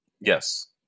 yes